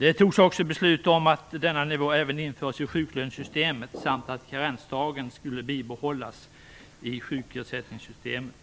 Det fattades också beslut om att denna nivå även skall införas i sjuklönesystemet samt om att karensdagen skulle bibehållas i sjukersättningssystemet.